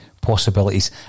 possibilities